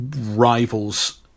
rivals